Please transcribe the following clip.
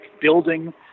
building